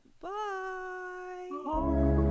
Bye